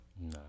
No